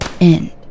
end